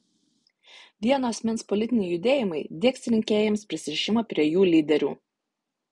vieno asmens politiniai judėjimai diegs rinkėjams prisirišimą prie jų lyderių